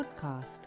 podcast